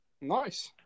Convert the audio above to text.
nice